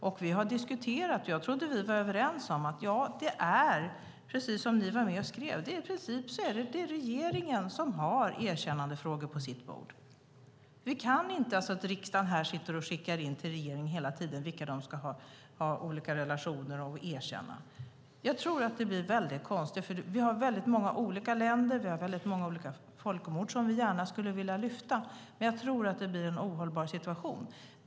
Jag trodde att vi var överens om att det är regeringen som har erkännandefrågor på sitt bord. Riksdagen kan inte skicka budskap till regeringen om relationer och erkännanden. Det blir konstigt. Det finns många länder. Det finns många folkmord som vi gärna vill lyfta upp. Men det blir en ohållbar situation.